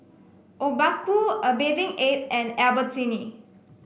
Obaku A Bathing Ape and Albertini